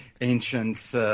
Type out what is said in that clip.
ancient –